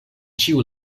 ĉiu